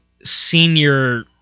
senior